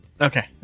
Okay